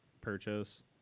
purchase